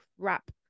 crap